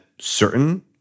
certain